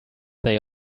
they